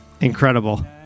incredible